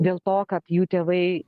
dėl to kad jų tėvai